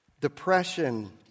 depression